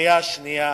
בקריאה שנייה